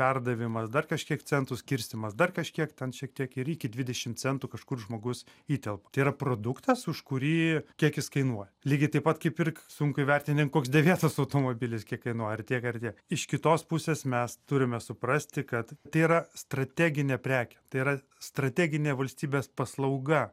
perdavimas dar kažkiek centų skirstymas dar kažkiek ten šiek tiek ir iki dvidešim centų kažkur žmogus įtelpa tai yra produktas už kurį kiek jis kainuoja lygiai taip pat kaip ir sunku įvertini koks dėvėtas automobilis kiek kainuoja ar tiek ar tiek iš kitos pusės mes turime suprasti kad tai yra strateginė prekė tai yra strateginė valstybės paslauga